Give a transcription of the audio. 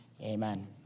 amen